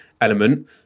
element